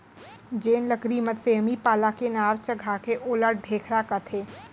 जेन लकरी म सेमी पाला के नार चघाथें ओला ढेखरा कथें